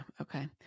Okay